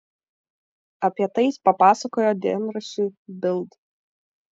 apie tai jis papasakojo dienraščiui bild